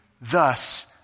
thus